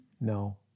No